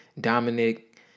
Dominic